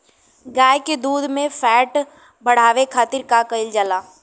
गाय के दूध में फैट बढ़ावे खातिर का कइल जाला?